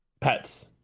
pets